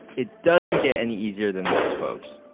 it doesn't get any easier than this, folks.